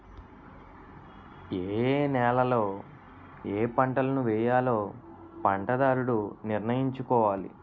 ఏయే నేలలలో ఏపంటలను వేయాలో పంటదారుడు నిర్ణయించుకోవాలి